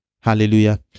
hallelujah